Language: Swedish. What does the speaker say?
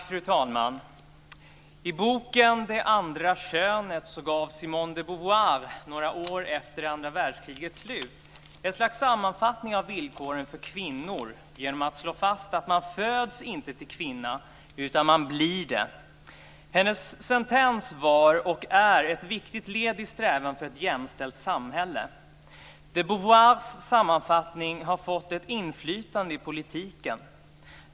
Fru talman! I boken Det andra könet gav Simone de Beauvoir några år efter andra världskrigets slut ett slags sammanfattning av villkoren för kvinnor genom att slå fast att man föds inte till kvinna, utan man blir det. Hennes sentens var och är ett viktigt led i strävan efter ett jämställt samhälle. de Beauvoirs sammanfattning har fått ett inflytande i politiken.